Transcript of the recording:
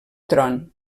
tron